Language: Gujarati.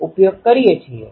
તેથી તે સિવાય બધા અચળ પદો છે